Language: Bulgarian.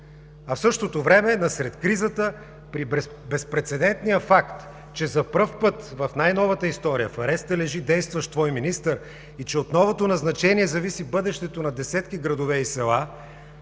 А в същото време насред кризата, при безпрецедентния факт, че за пръв път в най-новата история в ареста лежи действащ твой министър и че от новото назначение зависи бъдещето на десетки градове и села